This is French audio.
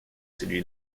celui